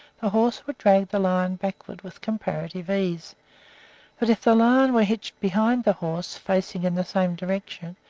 the horse would drag the lion backward with comparative ease but if the lion were hitched behind the horse, facing in the same direction,